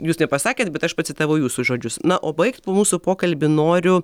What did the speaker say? jūs nepasakėt bet aš pacitavau jūsų žodžius na o baigt mūsų pokalbį noriu